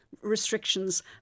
restrictions